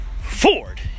Ford